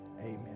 amen